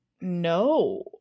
No